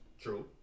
True